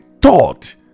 thought